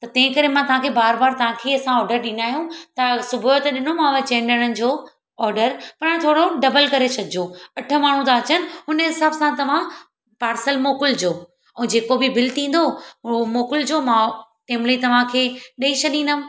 त तंहिं करे मां तव्हांखे बार बार तव्हांखे ई असां ऑडर ॾींदा आहियूं त सुबुह त ॾिनोमांव चइनि ॼणनि जो ऑडर पर हाणे थोरो डबल करे छॾिजो अठ माण्हू था अचनि हुन हिसाब सां तव्हां पार्सल मोकिलिजो ऐं जेको बि बिल थींदो उहो मोकिलिजो मां तंहिं महिल ई तव्हांखे ॾेई छॾींदमि